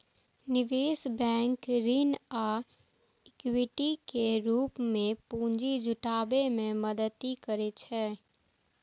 निवेश बैंक ऋण आ इक्विटी के रूप मे पूंजी जुटाबै मे मदति करै छै